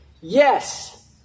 Yes